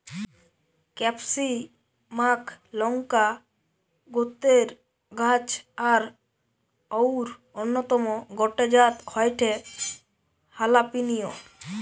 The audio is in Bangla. ক্যাপসিমাক লংকা গোত্রের গাছ আর অউর অন্যতম গটে জাত হয়ঠে হালাপিনিও